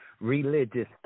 religious